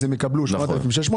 הם יקבלו 8,600 שקל,